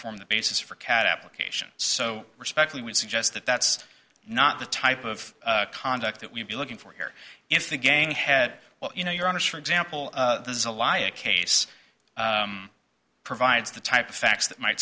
the basis for cat application so respectfully would suggest that that's not the type of conduct that we'd be looking for here if the gang head well you know you're honest for example this is a lie a case provides the type of facts that might